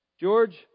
George